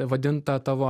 vadintą tavo